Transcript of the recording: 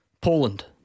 Poland